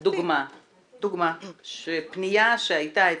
גלית, דוגמה לפנייה שהייתה אצלי.